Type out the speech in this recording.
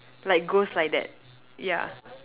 like ghost like that ya